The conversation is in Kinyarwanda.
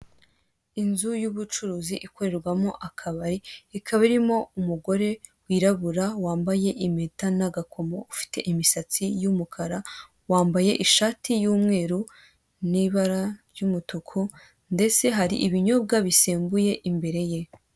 Inzu y'ubucuruzi ikorerwamo akabari, ikaba irimo umugore wirabura. Wambaye impeta n'agakomo ufite imisatsi y'umukara, wambaye ishati y'umweru ni ibara ry'umutuku, ndetse hari ibinyobwa bisembuye imbere ye.